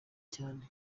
cyane